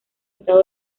estado